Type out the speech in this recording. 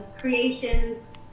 creations